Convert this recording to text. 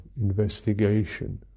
investigation